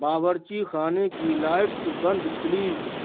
باورچی خانے کی لائٹس بند پلیز